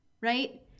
right